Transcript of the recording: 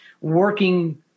working